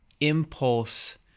impulse